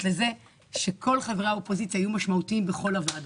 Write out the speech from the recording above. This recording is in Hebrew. לזה שכל חברי האופוזיציה יהיו משמעותיים בכל הוועדות,